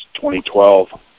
2012